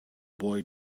boy